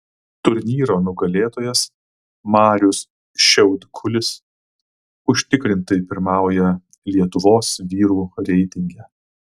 turnyro nugalėtojas marius šiaudkulis užtikrintai pirmauja lietuvos vyrų reitinge